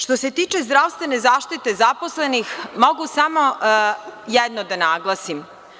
Što se tiče zdravstvene zaštite zaposlenih, mogu samo jedno da naglasim.